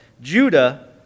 Judah